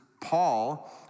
Paul